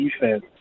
defense